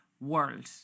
world